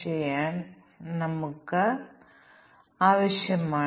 അതിനാൽ ഇത് 1000 ന് തുല്യമാണ് അതുപോലെ തന്നെ ഇവിടെയും അതിനോട് യോജിക്കുന്ന കോമ്പിനേഷനുകളും ഉണ്ട്